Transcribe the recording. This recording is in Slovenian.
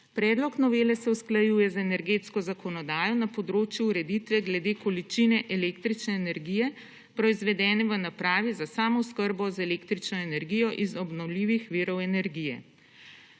Predlog novele se usklajuje z energetsko zakonodajo na področju ureditve glede količine električne energije proizvedene v napravi za samooskrbo z električno energijo iz obnovljivih virov energije.